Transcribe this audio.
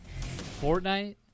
fortnite